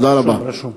תודה רבה.